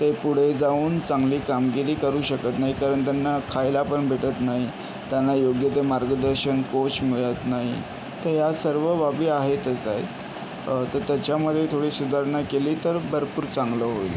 ते पुढे जाऊन चांगली कामगिरी करू शकत नाही कारण त्यांना खायला पण भेटत नाही त्यांना योग्य ते मार्गदर्शन कोच मिळत नाही तर या सर्व बाबी आहेतच आहेत तर त्याच्यामध्ये थोडी सुधारणा केली तर भरपूर चांगलं होईल